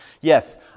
Yes